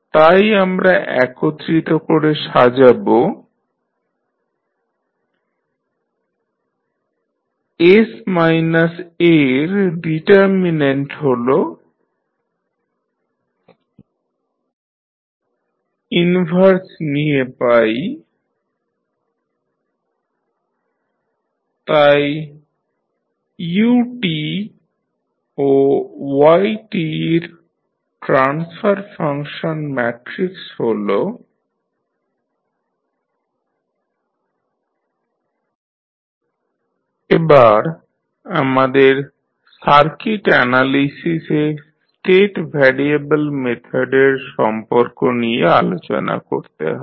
তাই আমরা একত্রিত করে সাজাব sI As 1 0 0 s4 3 1 1 s2 এর ডিটারমিন্যান্ট হল sI As36s211s3 ইনভার্স নিয়ে পাই 11sI As26s11 s2 3 3 ss2 3s s4 s1 ss4 তাই u ও yt র ট্রান্সফার ফাংশন ম্যাট্রিক্স হল HsCsI A 1B1s36s211s3s2 3 s1 ss4 এবার আমাদের সার্কিট অ্যানালিসিসে স্টেট ভ্যারিয়েবল মেথডের সম্পর্ক নিয়ে আলোচনা করতে হবে